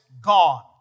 gone